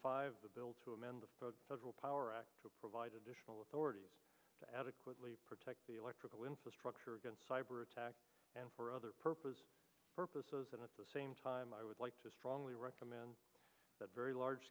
five the bill to amend the federal power act to provide additional authority to adequately protect the electrical infrastructure against cyber attack and for other purposes purposes and at the same time i would like strongly recommend that very large